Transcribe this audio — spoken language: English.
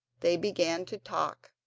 they began to talk,